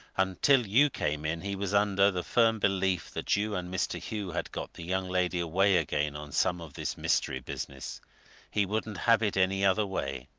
until you came in, he was under the firm belief that you and mr. hugh had got the young lady away again on some of this mystery business he wouldn't have it any other way.